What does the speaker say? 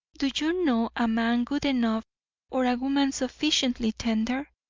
do you know a man good enough or a woman sufficiently tender?